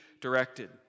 directed